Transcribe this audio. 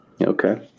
Okay